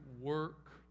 work